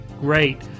great